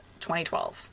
2012